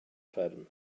fferm